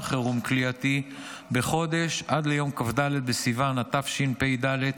חירום כליאתי בחודש עד ליום כ"ד בסיון התשפ"ד,